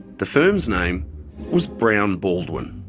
the firm's name was brown baldwin.